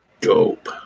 Dope